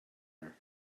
air